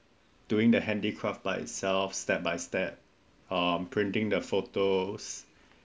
doing the handicraft by itself step by step um printing the photos